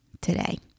today